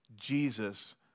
Jesus